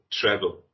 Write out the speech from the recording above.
travel